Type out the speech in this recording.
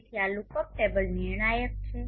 તેથી આ lookup table નિર્ણાયક છે